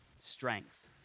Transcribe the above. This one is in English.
strength